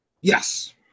Yes